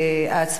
העצמאות.